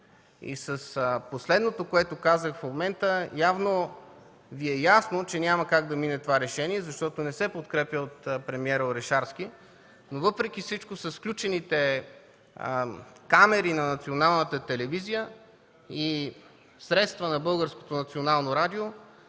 И с последното, което казах в момента, явно Ви е ясно, че няма как да мине това решение, защото не се подкрепя от премиера Орешарски, но въпреки всичко с включените камери на Националната телевизия и средства на